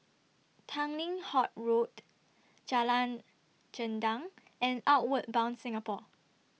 Tanglin Halt Road Jalan Gendang and Outward Bound Singapore